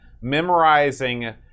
memorizing